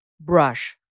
brush